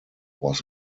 was